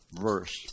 verse